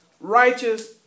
righteous